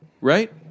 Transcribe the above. right